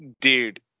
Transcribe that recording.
dude